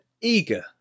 eager